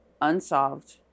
unsolved